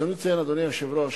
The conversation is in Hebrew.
ברצוני לציין, אדוני היושב-ראש,